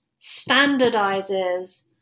standardizes